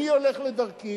אני הולך לדרכי,